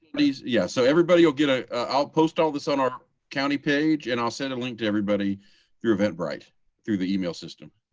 please, yeah. so everybody will get ah i'll post all this on our county page and i'll send a link to everybody through eventbrite the email system.